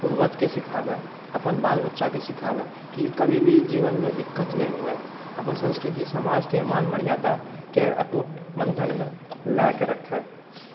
पूर्वजके सिखाबै अपन बाल बच्चाके सिखाबै कि कभी भी जीवनमे दिक्कत नहि हुअए अपन संस्कृति समाजके मान मर्यादाके अटूट बन्धनमे लऽ कऽ रखै